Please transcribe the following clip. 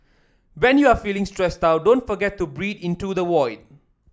when you are feeling stressed out don't forget to breathe into the void